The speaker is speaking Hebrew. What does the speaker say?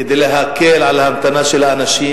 כדי להקל את ההמתנה של האנשים?